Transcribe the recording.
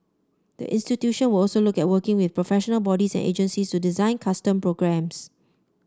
the institution were also look at working with professional bodies and agencies to design custom programmes